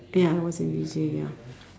ya it was in V_J ya